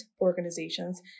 organizations